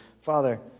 Father